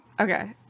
Okay